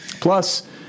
Plus-